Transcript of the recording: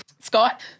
Scott